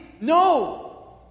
No